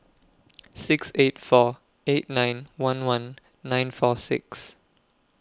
six eight four eight nine one one nine four six